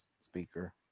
speaker